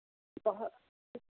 बहुत